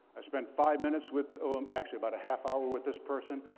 i spent five minutes with actually, about a half hour with this person.